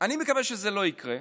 אני מקווה שזה לא יקרה,